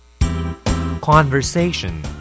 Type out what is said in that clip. Conversation